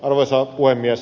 arvoisa puhemies